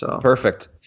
Perfect